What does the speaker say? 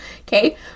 okay